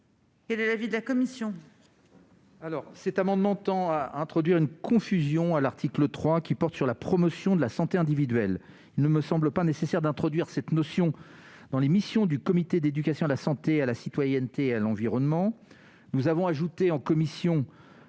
Quel est l'avis de la commission ?